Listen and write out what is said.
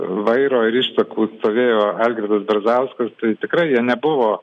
vairo ir ištakų stovėjo algirdas brazauskas tai tikrai jie nebuvo